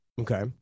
Okay